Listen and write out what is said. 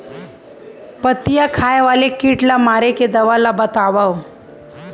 पत्तियां खाए वाले किट ला मारे के दवा ला बतावव?